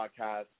podcast